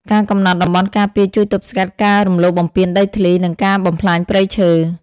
ការកំណត់តំបន់ការពារជួយទប់ស្កាត់ការរំលោភបំពានដីធ្លី និងការបំផ្លាញព្រៃឈើ។